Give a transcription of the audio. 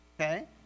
okay